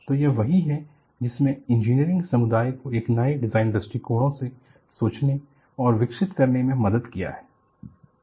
तो यह वही है जिसने इंजीनियरिंग समुदाय को नए डिजाइन दृष्टिकोणों से सोचने और विकसित करने में मदद किया है